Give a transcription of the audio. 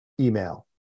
email